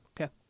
Okay